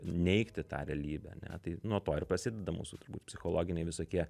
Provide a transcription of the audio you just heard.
neigti tą realybę ar ne tai nuo to ir prasideda mūsų turbūt psichologiniai visokie